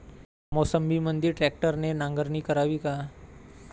मोसंबीमंदी ट्रॅक्टरने नांगरणी करावी का?